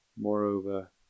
Moreover